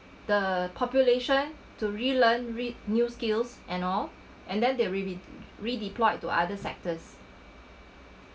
the population to re-learn learn re new skills and all and then they re re re-deployed to other sectors